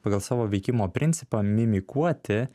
pagal savo veikimo principą mimikuoti